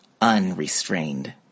unrestrained